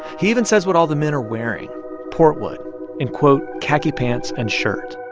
he even says what all the men are wearing portwood in, quote, khaki pants and shirt.